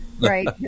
Right